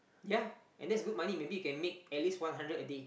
ya and that's good money maybe you can make at least one hundred a day